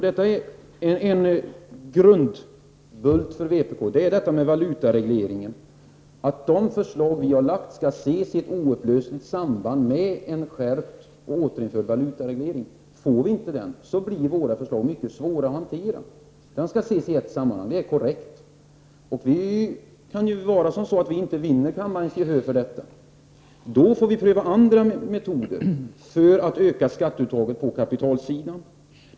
Herr talman! Till Kjell Johansson vill jag säga att valutaregleringen är en grundbult för vpk. De förslag som vi har lagt fram skall ses i oupplösligt samband med en återinförd och skärpt valutareglering. Får vi inte den, blir våra förslag mycket svåra att hantera. Så det är korrekt att detta skall ses i ett sammanhang. Det kan ju vara så att vi inte vinner kammarens gehör för detta. Då får vi pröva andra metoder för att öka skatteuttaget på kapitalsidan.